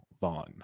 Vaughn